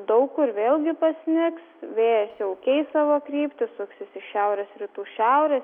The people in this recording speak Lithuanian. daug kur vėlgi pasnigs vėjas jau keis savo kryptį suksis iš šiaurės rytų šiaurės